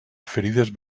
ferides